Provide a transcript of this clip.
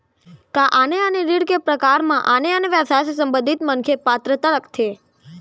का आने आने ऋण के प्रकार म आने आने व्यवसाय से संबंधित मनखे पात्रता रखथे?